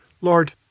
Lord